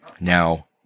Now